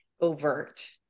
overt